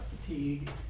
fatigue